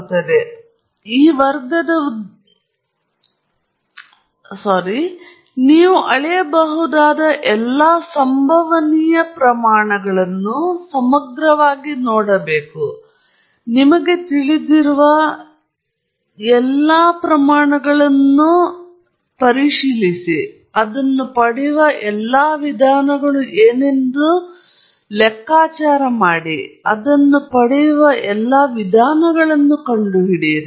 ಆದ್ದರಿಂದ ಈ ವರ್ಗದ ಉದ್ದೇಶವು ನಿಮಗೆ ತಿಳಿದಿಲ್ಲ ನೀವು ಅಳೆಯಬಹುದಾದ ಎಲ್ಲಾ ಸಂಭವನೀಯ ಪ್ರಮಾಣಗಳನ್ನು ಸಮಗ್ರವಾಗಿ ನೋಡುತ್ತೀರಿ ಮತ್ತು ನಿಮಗೆ ತಿಳಿದಿರುವ ನೀವು ಅದನ್ನು ಪಡೆಯುವ ಎಲ್ಲಾ ವಿಧಾನಗಳು ಏನೆಂದು ಲೆಕ್ಕಾಚಾರ ಮಾಡಿ ಅಥವಾ ನೀವು ಅದನ್ನು ಪಡೆಯುವ ಎಲ್ಲಾ ವಿಧಾನಗಳನ್ನು ಕಂಡುಹಿಡಿಯಿರಿ